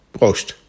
Proost